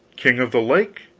king of the lake.